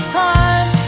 time